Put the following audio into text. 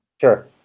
Sure